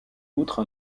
outre